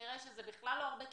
נראה שזה בכלל לא הרבה כסף.